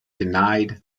denied